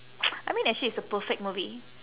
I mean actually it's a perfect movie